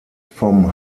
vom